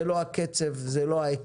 זה לא הקצב, זה לא ההיקף,